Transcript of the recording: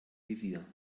visier